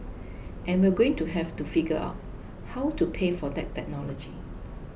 and we're going to have to figure out how to pay for that technology